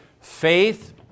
Faith